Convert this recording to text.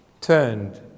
turned